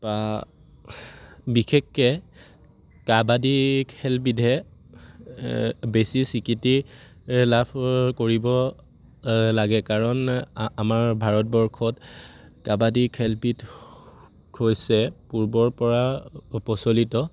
বা বিশেষকে কাবাডী খেলবিধে বেছি স্বীকৃতি লাভ কৰিব লাগে কাৰণ আমাৰ ভাৰতবৰ্ষত কাবাডী খেলবিধ হৈছে পূৰ্বৰ পৰা প্ৰচলিত